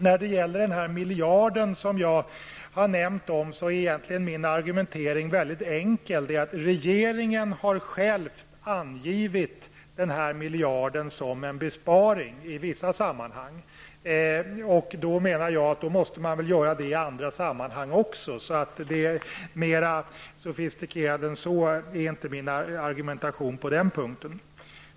När det gäller den miljard som jag har nämnt är min argumentering mycket enkel: Regeringen har själv angivit denna miljard som en besparing i vissa sammanhang. Jag menar att man då måste göra det också i andra sammanhang. Mera sofistikerad än så är inte min argumentation på den punkten.